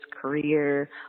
career